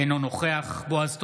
אינו נוכח בועז טופורובסקי,